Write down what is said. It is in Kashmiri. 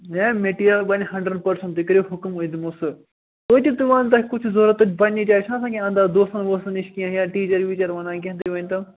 ہے میٹیٖریَل بَنہِ ہَنٛڈرَنٛڈ پٔرسَنٛٹ تُہۍ کٔرِو حُکُم أسۍ دِمو سُہ توتہِ تُہۍ وَنتہٕ تۄہہِ کُس چھُ ضروٗرت تہٕ پَنٕنہِ جایہِ چھُنہٕ آسان کیٚنٛہہ اَنٛداز دوستَن ووستَن نِش کیٚنٛہہ یا ٹیٖچَر ویٖچَر وَنان کیٚنٛہہ تُہۍ ؤنۍتَو